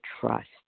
trust